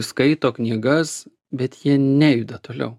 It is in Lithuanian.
skaito knygas bet jie nejuda toliau